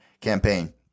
campaign